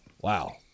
wow